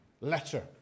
letter